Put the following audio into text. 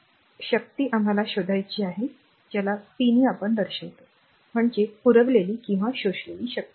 तर आणि शक्ती आम्हाला शोधायची आहे p 1 म्हणजे पुरवलेली किंवा शोषलेली शक्ती